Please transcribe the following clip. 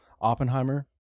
Oppenheimer